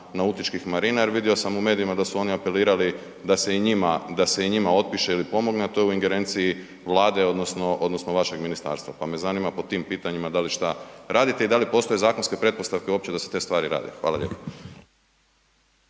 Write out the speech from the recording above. nautičkih marina jer vidio sam u medijima da su oni apelirali da se i njima otpiše ili pomogne, a to je u ingerenciji Vlade, odnosno vašeg ministarstva pa me zanima po tim pitanjima da li što radite i da li postoje zakonske pretpostavke uopće da se te stvari rade. Hvala lijepo.